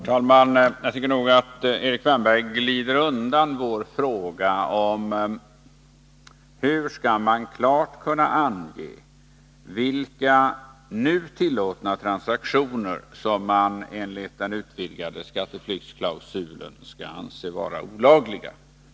Herr talman! Jag tycker nog att Erik Wärnberg glider undan vår fråga om hur man klart skall kunna ange vilka nu tillåtna transaktioner som enligt den utvidgade skatteflyktsklausulen skall anses vara olagliga.